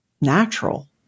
natural